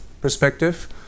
perspective